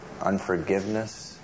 unforgiveness